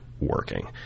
working